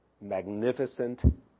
magnificent